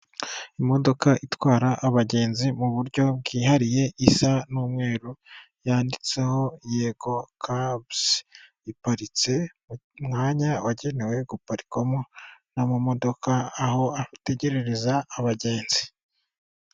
Imodoka itwara abagenzi mu buryo bwihariye isa n'umweru yanditseho yego kabuzi, iparitse mu mwanya wagenewe guparikwamo n'amamodoka aho ategerereza abagenzi.